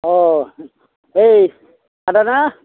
अह ओइ आदा ना